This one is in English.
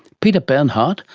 peter bernhardt,